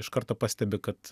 iš karto pastebi kad